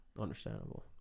understandable